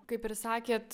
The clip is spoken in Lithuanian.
kaip ir sakėt